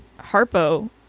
Harpo